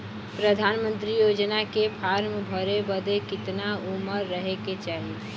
प्रधानमंत्री योजना के फॉर्म भरे बदे कितना उमर रहे के चाही?